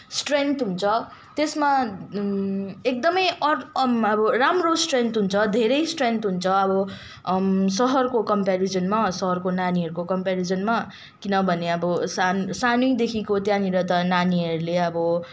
strength हुन्छ त्यसमा एकदमै अड अ राम्रो स्ट्रेन्थ हुन्छ धेरै स्ट्रेन्थ हुन्छ अब सहरको कम्पेरिजनमा सहरको नानीहरूको कम्पेरिजनमा किनभने अब सानै सानैदेखिको त्यहाँनिर त नानीहरूले अब